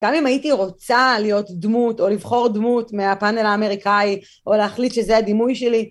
גם אם הייתי רוצה להיות דמות או לבחור דמות מהפאנל האמריקאי או להחליט שזה הדימוי שלי.